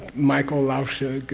michael laoshi,